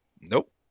Nope